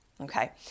Okay